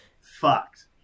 Fucked